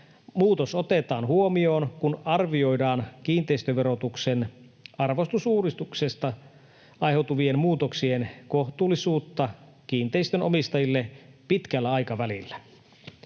muutos otetaan huomioon, kun arvioidaan kiinteistöverotuksen arvostamisuudistuksesta aiheutuvien muutoksien kohtuullisuutta kiinteistön omistajille pitkällä aikavälillä.”